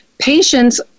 patients